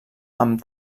amb